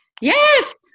Yes